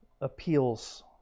appeals